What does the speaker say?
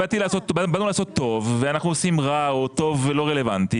באנו לעשות טוב ואנחנו עושים רע או הטוב לא רלוונטי.